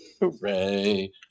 Hooray